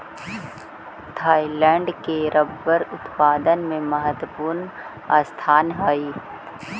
Thailand के rubber उत्पादन में महत्त्वपूर्ण स्थान हइ